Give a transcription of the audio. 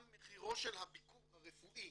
גם מחירו של הביקור הרפואי